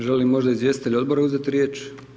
Želi li možda izvjestitelj Odbora uzeti riječ?